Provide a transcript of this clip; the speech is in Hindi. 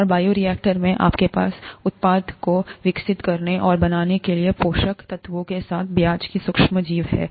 और बायोरिएक्टर में आपके पास उत्पाद को विकसित करने और बनाने के लिए पोषक तत्वों के साथ ब्याज की सूक्ष्म जीव है